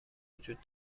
وجود